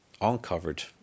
uncovered